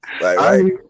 right